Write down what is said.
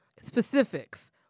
specifics